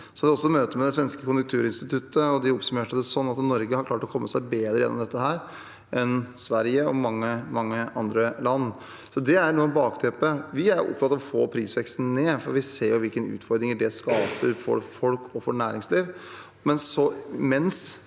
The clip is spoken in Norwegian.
Jeg hadde også møte med det svenske Konjunkturinstituttet, og de oppsummerte at Norge har klart å komme seg bedre gjennom dette enn Sverige og mange andre land. Det er noe av bakteppet. Vi er opptatt av å få prisveksten ned, for vi ser hvilke utfordringer det skaper for folk og næringsliv.